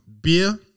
Beer